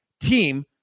team